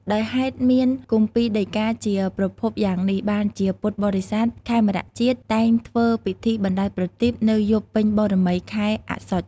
ដោយហេតុមានគម្ពីរដីកាជាប្រភពយ៉ាងនេះ បានជាពុទ្ធបរិស័ទខេមរជាតិតែងធ្វើពិធីបណ្ដែតប្រទីប នៅយប់ពេញបូរមីខែអស្សុជ។